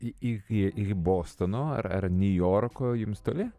į iki bostono ar niujorko jums toli